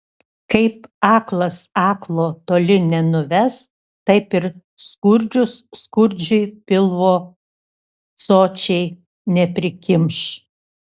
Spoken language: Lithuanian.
kaip aklas aklo toli nenuves taip ir skurdžius skurdžiui pilvo sočiai neprikimš